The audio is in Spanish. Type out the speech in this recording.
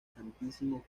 santísimo